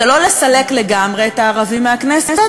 זה לא לסלק לגמרי את הערבים מהכנסת,